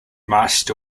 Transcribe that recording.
marched